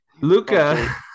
luca